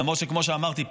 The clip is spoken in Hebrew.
למרות שכמו שאמרתי,